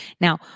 Now